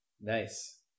Nice